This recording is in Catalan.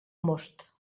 most